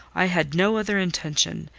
i had no other intention,